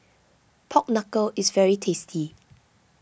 Pork Knuckle is very tasty